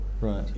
right